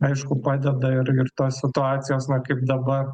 aišku padeda ir ir tos situacijos na kaip dabar